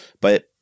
but-